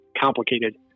complicated